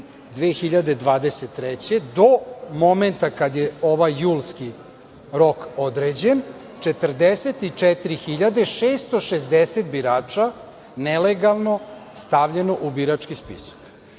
do momenta kada je ovaj julski rok određen, 44.660 birača nelegalno stavljeno u birački spisak. To